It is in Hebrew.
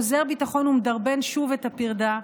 אוזר ביטחון ומדרבן שוב את הפרדה,